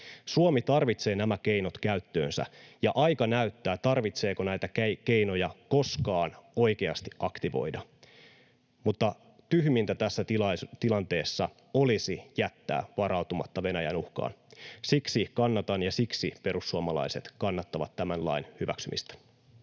Suomi tarvitsee nämä keinot käyttöönsä, ja aika näyttää, tarvitseeko näitä keinoja koskaan oikeasti aktivoida. Tyhmintä tässä tilanteessa olisi jättää varautumatta Venäjän uhkaan. Siksi kannatan ja siksi perussuomalaiset kannattavat tämän lain hyväksymistä.